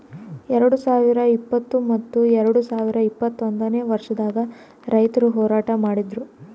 ಎರಡು ಸಾವಿರ ಇಪ್ಪತ್ತು ಮತ್ತ ಎರಡು ಸಾವಿರ ಇಪ್ಪತ್ತೊಂದನೇ ವರ್ಷದಾಗ್ ರೈತುರ್ ಹೋರಾಟ ಮಾಡಿದ್ದರು